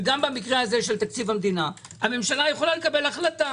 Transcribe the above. גם במקרה הזה של תקציב המדינה הממשלה יכולה לקבל החלטה